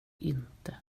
inte